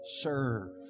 serve